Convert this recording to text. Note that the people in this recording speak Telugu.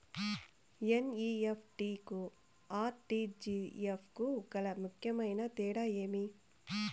ఎన్.ఇ.ఎఫ్.టి కు ఆర్.టి.జి.ఎస్ కు గల ముఖ్యమైన తేడా ఏమి?